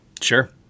Sure